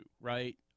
right